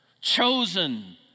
chosen